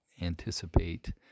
anticipate